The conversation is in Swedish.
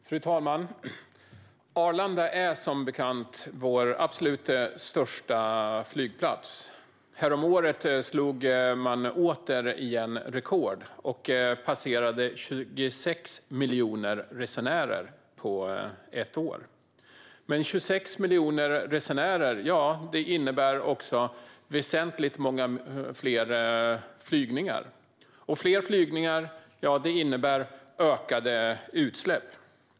Fru talman! Arlanda är som bekant vår absolut största flygplats. Häromåret slog man återigen rekord och passerade 26 miljoner resenärer på ett år. Men 26 miljoner resenärer innebär också väsentligt fler flygningar, och fler flygningar innebär ökade utsläpp.